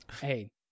Hey